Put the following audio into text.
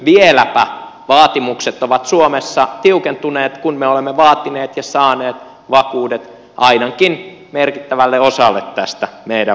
nyt vaatimukset ovat suomessa vieläpä tiukentuneet kun me olemme vaatineet ja saaneet vakuudet ainakin merkittävälle osalle tästä meidän vastuustamme